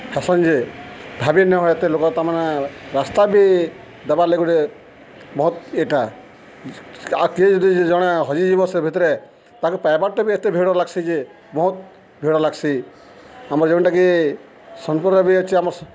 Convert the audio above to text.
ହେସନ୍ ଯେ ଭାବି ନି ହୁଏ ଏତେ ଲୋକ ତାମାନେ ରାସ୍ତା ବି ଦେବାର୍ ଲାଗି ଗୁଟେ ବହୁତ୍ ଇଟା ଆଉ କିଏ ଯଦି ଜଣେ ହଜିଯିବ ସେ ଭିତରେ ତାକୁ ପାଇବାର୍ଟା ବି ଏତେ ଭିଡ଼ ଲାଗ୍ସି ଯେ ବହୁତ୍ ଭିଡ଼ ଲାଗ୍ସି ଆମର୍ ଯେଉଁଟାକି ସୋନ୍ପୁରେ ବି ଅଛି ଆମର୍